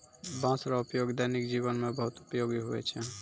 बाँस रो उपयोग दैनिक जिवन मे बहुत उपयोगी हुवै छै